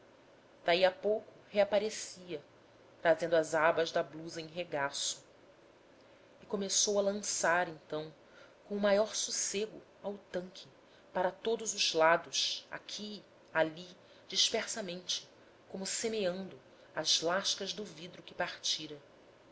uma daí pouco reaparecia trazendo as abas da blusa em regaço e começou a lançar então com o maior sossego ao tanque para todos os lados aqui ali dispersamente como semeando as lascas do vidro que partira